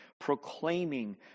proclaiming